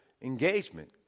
engagement